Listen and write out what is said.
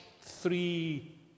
three